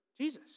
Jesus